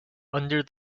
under